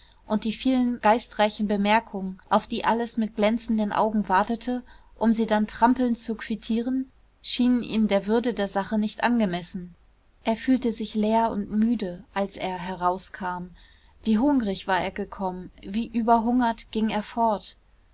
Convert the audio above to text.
und die vielen geistreichen bemerkungen auf die alles mit glänzenden augen wartete um sie dann trampelnd zu quittieren schienen ihm der würde der sache nicht angemessen er fühlte sich leer und müde als er herauskam wie hungrig war er gekommen wie überhungert ging er fort